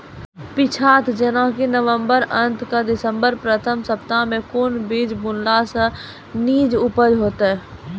पीछात जेनाकि नवम्बर अंत आ दिसम्बर प्रथम सप्ताह मे कून बीज बुनलास नीक उपज हेते?